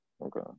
okay